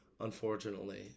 unfortunately